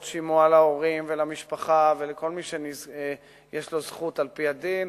שימוע להורים ולמשפחה ולכל מי שיש לו זכות על-פי הדין,